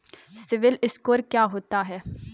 CIBIL score क्या होता है?